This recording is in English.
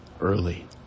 early